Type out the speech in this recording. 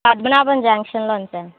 Padmanabham junction లోని sir